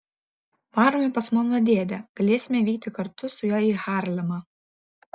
varome pas mano dėdę galėsime vykti kartu su juo į harlemą